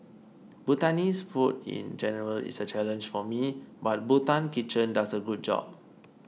Bhutanese food in general is a challenge for me but Bhutan Kitchen does a good job